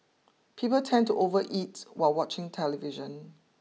people tend to overeat while watching television